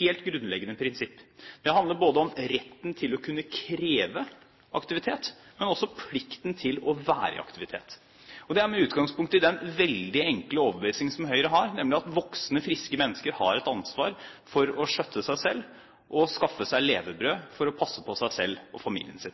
helt grunnleggende prinsipp. Det handler om retten til å kunne kreve aktivitet, men også om plikten til å være i aktivitet. Det er med utgangspunkt i den veldig enkle overbevisning som Høyre har, nemlig at voksne friske mennesker har et ansvar for å skjøtte seg selv og skaffe seg et levebrød for å passe på seg selv og familien sin.